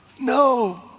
No